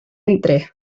entre